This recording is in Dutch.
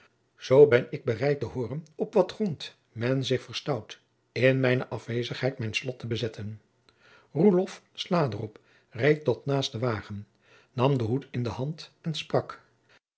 zoo ben ik bereid te hooren op wat grond men zich verstout in mijne afwezigheid mijn slot te bezetten roelof sla der op reed tot naast den wagen nam den hoed in de hand en sprak